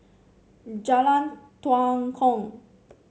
Jalan Tua Kong